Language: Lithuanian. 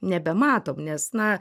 nebematom nes na